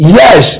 yes